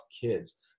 kids